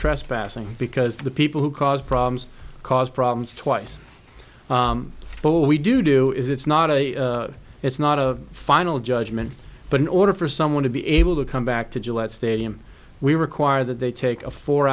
trespassing because the people who cause problems cause problems twice but we do do is it's not a it's not a final judgment but in order for someone to be able to come back to jail at stadium we require that they take a four